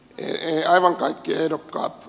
ei aivan kaikki ehdokkaat